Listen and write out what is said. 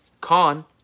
Con